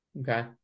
Okay